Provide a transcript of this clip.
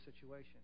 situation